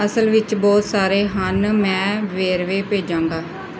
ਅਸਲ ਵਿੱਚ ਬਹੁਤ ਸਾਰੇ ਹਨ ਮੈਂ ਵੇਰਵੇ ਭੇਜਾਂਗਾ